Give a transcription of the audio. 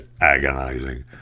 agonizing